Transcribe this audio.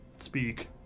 speak